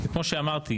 כמו שאמרתי,